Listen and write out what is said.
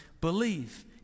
believe